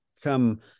come